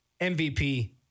MVP